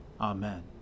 Amen